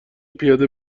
پیاده